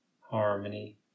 harmony